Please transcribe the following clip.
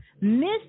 Miss